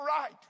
right